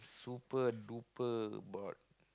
super duper board